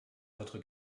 votre